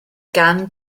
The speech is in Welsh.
gan